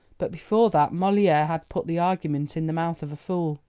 but before that moliere had put the argument in the mouth of a fool.